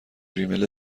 ریمیل